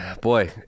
Boy